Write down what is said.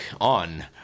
on